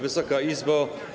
Wysoka Izbo!